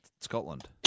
Scotland